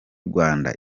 rwanda